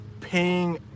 paying